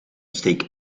steek